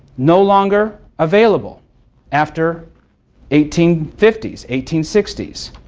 no longer available after eighteen fifty s, eighteen sixty s.